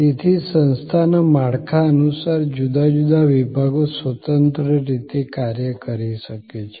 તેથી સંસ્થાના માળખા અનુસાર જુદા જુદા વિભાગો સ્વતંત્ર રીતે કાર્ય કરી શકે છે